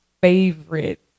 favorite